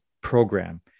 program